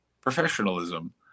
professionalism